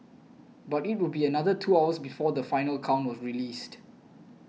but it would be another two hours before the final count was released